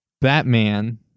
Batman